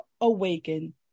awaken